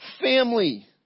family